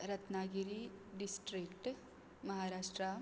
Ratnagiri district Maharashtra